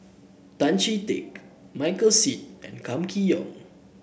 Tan Chee Teck Michael Seet and Kam Kee Yong